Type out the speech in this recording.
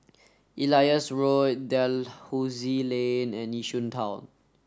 Elias Road Dalhousie Lane and Yishun Town